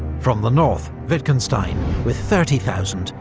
from the north, wittgenstein with thirty thousand,